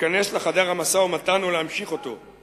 להיכנס לחדר המשא-ומתן ולהמשיך אותו".